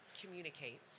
communicate